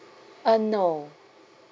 uh no